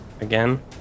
again